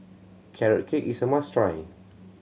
Carrot Cake is a must try